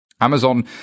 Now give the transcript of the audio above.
Amazon